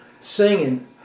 singing